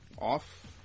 off